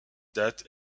date